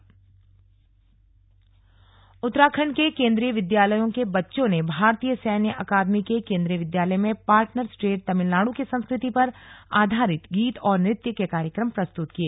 एक भारत श्रेष्ठ भारत उत्तराखंड के केंद्रीय विद्यालयों के बच्चों ने भारतीय सैन्य अकादमी के केंद्रीय विद्यालय में पार्टनर स्टेट तमिलनाडु की संस्कृति पर आधारित गीत और नृत्य के कार्यक्रम प्रस्तुत किए